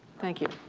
thank you.